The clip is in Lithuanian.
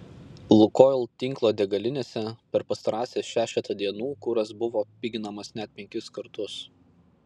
lukoil tinklo degalinėse per pastarąsias šešetą dienų kuras buvo piginamas net penkis kartus